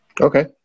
Okay